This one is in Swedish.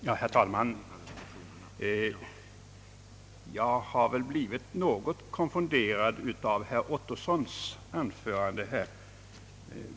Herr talman! Jag blev litet konfunderad av herr Ottossons anförande.